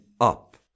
up